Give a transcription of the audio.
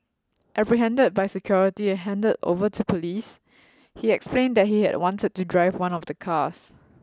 apprehended by security and handed over to police he explained that he had wanted to drive one of the cars